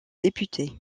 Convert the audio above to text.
député